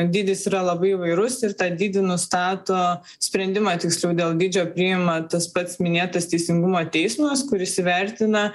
dydis yra labai įvairus ir tą dydį nustato sprendimą tiksliau dėl dydžio priima tas pats minėtas teisingumo teismas kuris įvertina